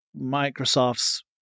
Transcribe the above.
Microsoft's